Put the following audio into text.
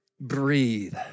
breathe